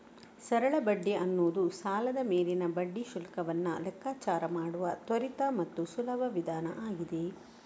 ಸರಳ ಬಡ್ಡಿ ಅನ್ನುದು ಸಾಲದ ಮೇಲಿನ ಬಡ್ಡಿ ಶುಲ್ಕವನ್ನ ಲೆಕ್ಕಾಚಾರ ಮಾಡುವ ತ್ವರಿತ ಮತ್ತು ಸುಲಭ ವಿಧಾನ ಆಗಿದೆ